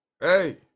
Hey